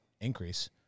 increase